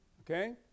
Okay